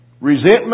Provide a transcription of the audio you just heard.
resentment